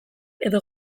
edo